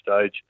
stage